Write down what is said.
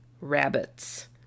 Rabbits